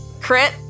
crit